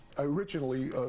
originally